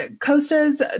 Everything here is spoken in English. Costa's